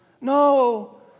No